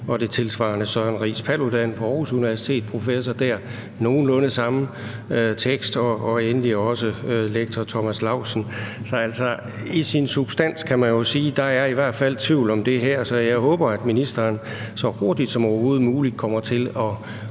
her. Tilsvarende siger Søren Riis Paludan, som er professor på Aarhus Universitet, nogenlunde det samme, og endelig også lektor Thomas Laustsen. Så, altså, i sin substans, kan man vel sige, er der i hvert fald tvivl om det her, så jeg håber, at ministeren så hurtigt som overhovedet muligt kommer til at